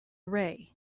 array